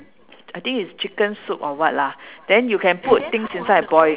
I think is chicken soup or what lah and then you can put things inside and boil